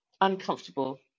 Uncomfortable